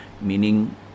meaning